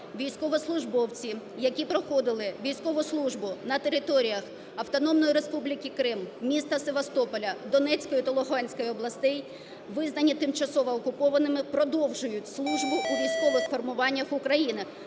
"Військовослужбовці, які проходили військову служби на територіях Автономної Республіки Крим, міста Севастополя, Донецької та Луганської областей, визнані тимчасово окупованими, продовжують службу у військових формуваннях України,